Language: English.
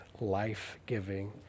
life-giving